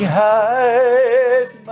hide